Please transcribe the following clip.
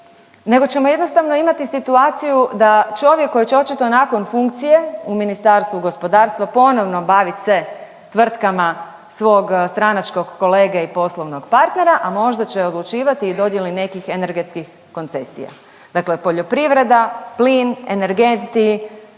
nego ćemo jednostavno imati situaciju da čovjek koji će očito nakon funkcije u Ministarstvu gospodarstva ponovno bavit se tvrtkama svog stranačkog kolege i poslovnog partnera, a možda će odlučivati i o dodjeli nekih energetskih koncesija, dakle poljoprivreda, plin, energenti,